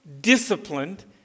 disciplined